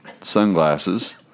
sunglasses